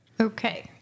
Okay